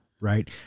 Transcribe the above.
right